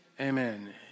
Amen